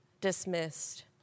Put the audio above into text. dismissed